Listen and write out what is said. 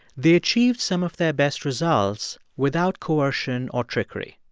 they achieved some of their best results without coercion or trickery.